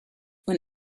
when